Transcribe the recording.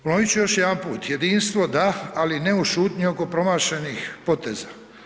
Ponovit ću još jedanput, jedinstvo da, ali ne u šutnji oko promašenih poteza.